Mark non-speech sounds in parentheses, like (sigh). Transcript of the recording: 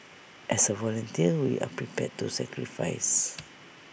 as A volunteer we are prepared to sacrifice (noise)